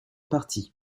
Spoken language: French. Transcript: parti